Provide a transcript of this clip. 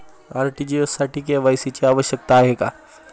RTGS साठी KYC ची आवश्यकता आहे का?